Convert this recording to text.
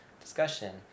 discussion